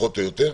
פחות או יותר,